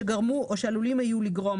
שגרמו או שעלולים היו לגרום,